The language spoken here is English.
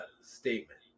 statement